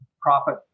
profit